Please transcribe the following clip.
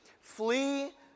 flee